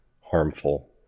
harmful